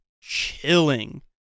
chilling